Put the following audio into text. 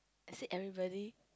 is it everybody